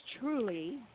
truly